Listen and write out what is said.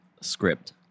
script